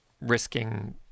risking